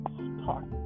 start